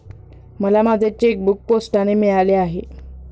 मला माझे चेकबूक पोस्टाने मिळाले आहे